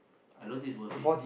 I don't think it's worth it